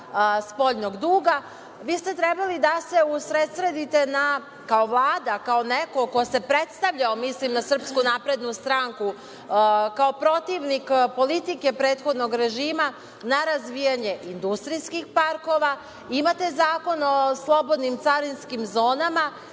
spoljnog duga. Vi ste trebali da se usredsredite kao Vlada, kao neko ko se predstavljao, mislim na SNS, kao protivnik politike prethodnog režima na razvijanje industrijskih parkova. Imate Zakon o slobodnim carinskim zonama